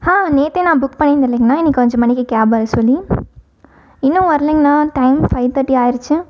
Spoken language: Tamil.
ஹாங் நேற்றே நான் புக் பண்ணியிருந்தேன் இல்லேங்கண்ணா இன்னைக்கு அஞ்சு மணிக்கு கேப் வர சொல்லி இன்னும் வரலேங்கண்ணா டைம் ஃபைவ் தேர்ட்டி ஆயிடுச்சி